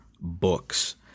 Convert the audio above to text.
books